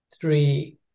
three